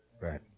Right